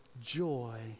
joy